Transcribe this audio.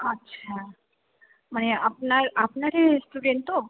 আচ্ছা মানে আপনার আপনাদের রেস্টুরেন্ট তো